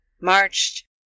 marched